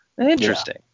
Interesting